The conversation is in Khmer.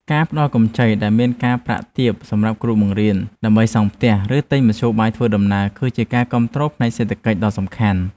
ការផ្តល់កម្ចីដែលមានការប្រាក់ទាបសម្រាប់គ្រូបង្រៀនដើម្បីសង់ផ្ទះឬទិញមធ្យោបាយធ្វើដំណើរគឺជាការគាំទ្រផ្នែកសេដ្ឋកិច្ចដ៏សំខាន់។